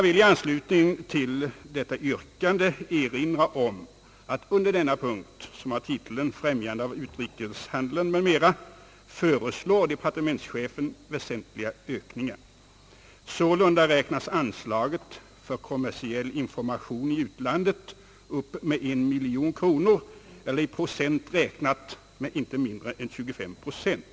I anslutning till detta yrkande vill jag erinra om att departementschefen under denna punkt som har titeln »Främjande av utrikeshandeln, m.m.» föreslår väsentliga ökningar. Sålunda uppräknas anslaget för kommersiell information i utlandet med en miljon kronor, det vill säga med inte mindre än 25 procent.